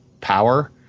power